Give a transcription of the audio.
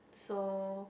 so